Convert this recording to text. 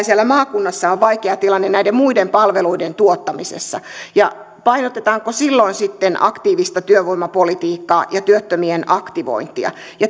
siellä maakunnassa on vaikea tilanne näiden muiden palveluiden tuottamisessa painotetaanko silloin sitten aktiivista työvoimapolitiikkaa ja työttömien aktivointia